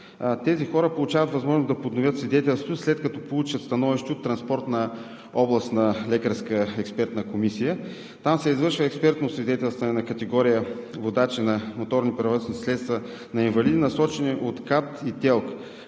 Тези хора получават възможност да подновят свидетелството си, след като получат становище от Транспортна областна лекарска експертна комисия. Там се извършва експертно освидетелстване на категория „водачи на моторни превозни средства на инвалиди“ насочени от КАТ и ТЕЛК,